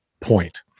point